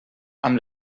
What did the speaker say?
amb